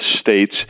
states